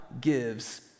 gives